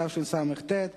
התשס"ט 2009,